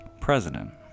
president